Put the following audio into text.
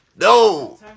No